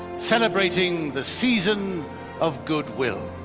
celebrating the season of goodwill.